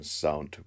sound